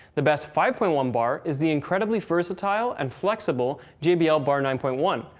the best five point one bar is the incredibly versatile and flexible jbl bar nine point one,